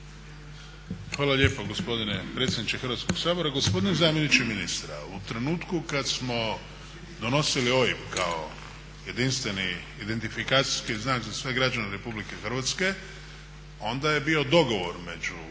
Hvala lijepa gospodine predsjedniče Hrvatskoga sabora. Gospodine zamjeniče ministra, u trenutku kada smo donosili OIB kao jedinstveni identifikacijski znak za sve građane Republike Hrvatske onda je bio dogovor među